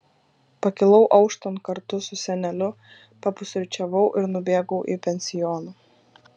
pakilau auštant kartu su seneliu papusryčiavau ir nubėgau į pensioną